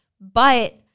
but-